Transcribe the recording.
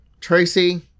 Tracy